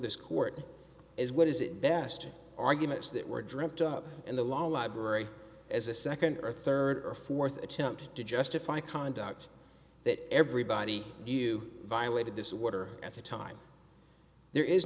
this court is what is it best arguments that were dreamt up in the law library as a second or third or fourth attempt to justify conduct that everybody knew violated this water at the time there is